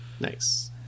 Nice